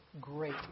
great